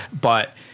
but-